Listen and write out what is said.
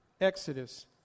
Exodus